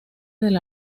del